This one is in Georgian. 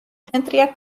ცენტრია